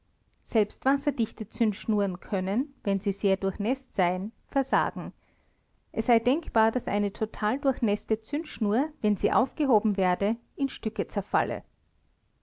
selbst wasserdichte zündschnuren können wenn sie sehr durchnäßt seien versagen es sei denkbar daß eine total durchnäßte zündschnur wenn sie aufgehoben werde in stücke zerfalle